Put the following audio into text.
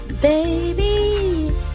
baby